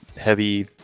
heavy